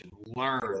learn